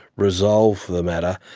resolve the matter,